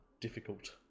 difficult